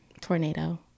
Tornado